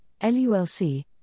LULC